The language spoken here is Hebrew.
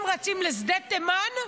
כשאצים רצים לשדה תימן,